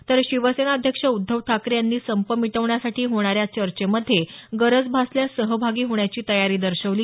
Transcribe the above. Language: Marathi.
तर शिवसेना अध्यक्ष उद्धव ठाकरे यांनी संप मिटवण्यासाठी होणाऱ्या चर्चेमध्ये गरज भासल्यास सहभागी होण्याची तयारी दर्शवली